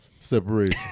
separation